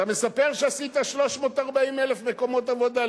אתה מספר שעשית 340,000 מקומות עבודה.